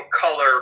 color